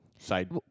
Side